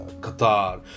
Qatar